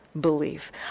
belief